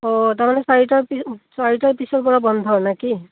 অঁ তাৰমানে চাৰিটাৰ পিছত চাৰিটাৰ পিছৰ পৰা বন্ধ নেকি